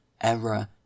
error